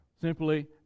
Simply